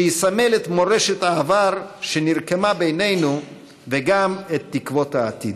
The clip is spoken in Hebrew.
שיסמל את מורשת העבר שנרקמה בינינו וגם את תקוות העתיד.